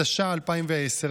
התש"ע 2010,